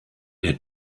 der